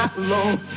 alone